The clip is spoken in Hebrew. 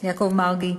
יעקב מרגי.